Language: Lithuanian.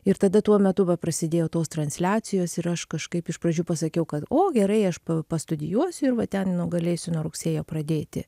ir tada tuo metu va prasidėjo tos transliacijos ir aš kažkaip iš pradžių pasakiau kad o gerai aš pastudijuosiu ir va ten nu galėsiu nuo rugsėjo pradėti